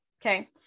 Okay